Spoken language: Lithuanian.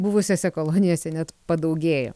buvusiose kolonijose net padaugėjo